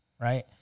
right